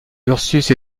ursus